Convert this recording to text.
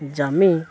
ଜମି